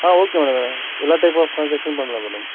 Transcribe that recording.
ஆ okay madam எல்லா type of டிரான்ஸாக்ஷனும் பண்ணலாம் மேடம்